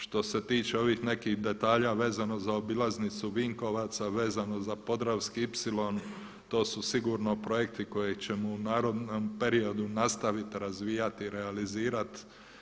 Što se tiče ovih nekih detalja vezano za obilaznicu Vinkovaca vezano za Podravski ipsilon to su sigurno projekti koje ćemo u narednom periodu nastaviti razvijati i realizirati.